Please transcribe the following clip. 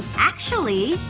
actually,